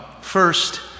First